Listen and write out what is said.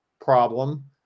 problem